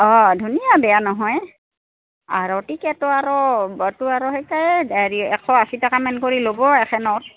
অঁ ধুনীয়া বেয়া নহয় আৰু টিকেটো আৰু আৰু হেৰি এশ আশী টকা মান কৰি ল'ব এখেনত